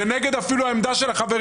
זה אפילו נגד עמדת חבריי,